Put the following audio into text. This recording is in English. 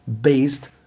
based